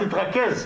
תתרכז.